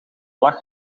lag